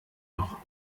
noch